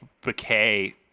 bouquet